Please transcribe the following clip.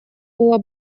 было